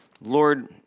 Lord